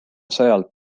sajalt